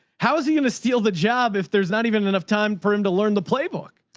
how is he going to steal the job if there's not even enough time for him to learn the playbook?